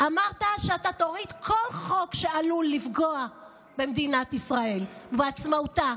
אמרת שאתה תוריד כל חוק שעלול לפגוע במדינת ישראל ובעצמאותה,